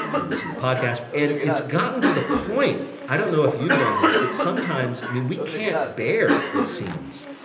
we listen to podcasts. and it's gotten to the point i don't know if you've done this, but sometimes, i mean, we can't bear, it seems,